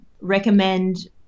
recommend